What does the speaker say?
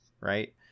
right